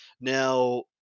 Now